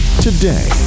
today